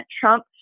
Trump